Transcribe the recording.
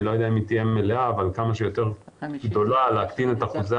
אני לא יודע אם היא תהיה מלאה אבל כמה שיותר גדולה על-מנת להקטין את אחוזי